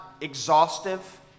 exhaustive